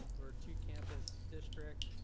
we're a two campus district.